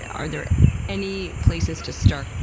are there any places to start?